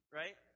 right